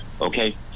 okay